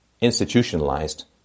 institutionalized